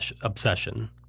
obsession